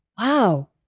wow